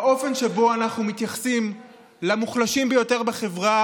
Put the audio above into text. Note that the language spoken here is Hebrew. האופן שבו אנחנו מתייחסים למוחלשים ביותר בחברה